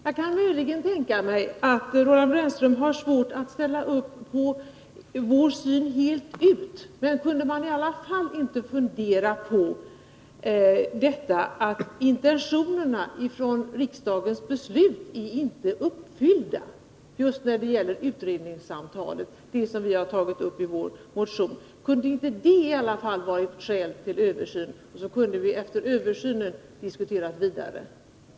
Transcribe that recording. Jag kan möjligen tänka mig att Roland Brännström har svårt att ställa upp på vår syn fullt ut, men kunde man i alla fall inte fundera på detta att intentionerna i riksdagens beslut inte är uppfyllda just när det gäller utredningssamtalet, det som vi har tagit upp i vår motion? Kunde inte det åtminstone ha varit ett skäl till översyn? Sedan kunde vi efter översynen ha diskuterat vidare.